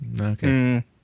Okay